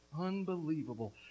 Unbelievable